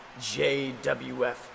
JWF